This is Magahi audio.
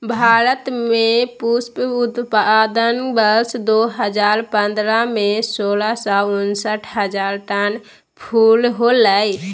भारत में पुष्प उत्पादन वर्ष दो हजार पंद्रह में, सोलह सौ उनसठ हजार टन फूल होलय